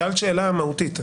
שאלת שאלה מהותית.